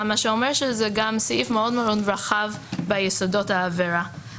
מה שאומר שזה גם סעיף מאוד מאוד רחב ביסודות העבירה.